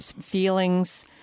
feelings